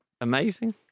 Amazing